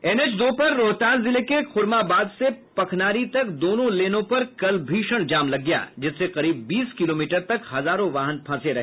N H दो पर रोहतास जिले के खुर्माबाद से पखनारी तक दोनों लेनों पर कल भीषण जाम लग गया जिससे करीब बीस किलोमीटर तक हजारों वाहन फंसे रहे